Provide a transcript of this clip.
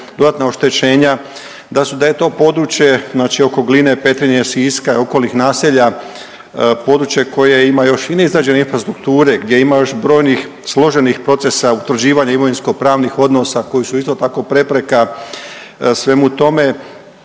dodatna oštećenja, da je to područje znači oko Gline, Petrinje, Siska i okolnih naselja područje koje ima još i neizgrađene infrastrukture gdje ima još brojnih složenih procesa utvrđivanja imovinsko pravnih odnosa koji su isto tako prepreka svemu tome,